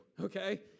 Okay